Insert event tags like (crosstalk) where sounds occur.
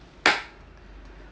(noise)